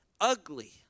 ugly